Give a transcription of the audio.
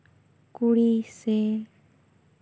ᱠᱩᱲᱤ ᱥᱮ